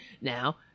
Now